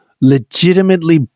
legitimately